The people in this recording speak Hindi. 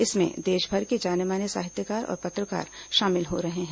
इसमें देशभर के जाने माने साहित्यकार और पत्रकार शामिल हो रहे हैं